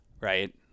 right